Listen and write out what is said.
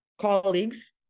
colleagues